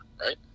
right